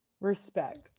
Respect